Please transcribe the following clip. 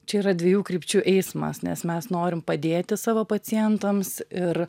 čia yra dviejų krypčių eismas nes mes norim padėti savo pacientams ir